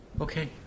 Okay